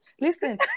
Listen